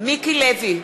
מיקי לוי,